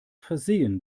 versehen